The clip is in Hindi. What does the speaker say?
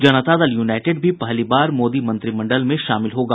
जनता दल यूनाईटेड भी पहली बार मोदी मंत्रिमंडल में शामिल होगा